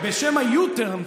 בשם ה-U-turn,